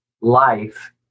life